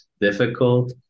difficult